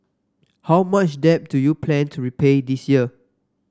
how much debt do you plan to repay this year